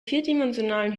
vierdimensionalen